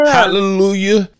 Hallelujah